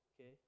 okay